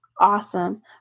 Awesome